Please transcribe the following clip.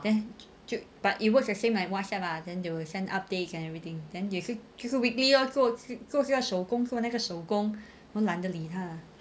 then but it works the same like whatsapp lah then they will send updates and everything then they give you weekly 要做去做手工做那个手工我懒得理他 ah